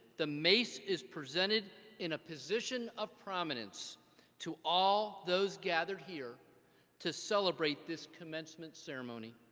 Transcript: the mace is presented in a position of prominence to all those gathered here to celebrate this commencement ceremony.